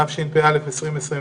התשפ"א-2021,